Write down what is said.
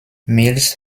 mills